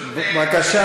בבקשה,